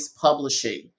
Publishing